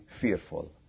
fearful